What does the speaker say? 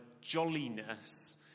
jolliness